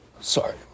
Sorry